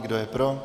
Kdo je pro?